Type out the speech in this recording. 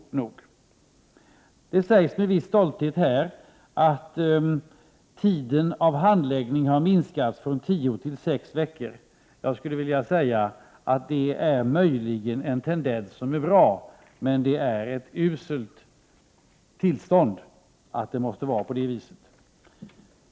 Det sägs i svaret med viss stolthet att handläggningstiderna har minskat från 10 till 6 veckor. Jag skulle vilja säga att det möjligen är en bra tendens men att det är uselt att vi måste ha det så.